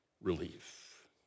relief